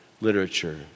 literature